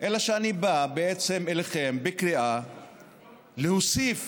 אלא אני בא בעצם אליכם בקריאה להוסיף